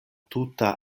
tuta